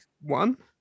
One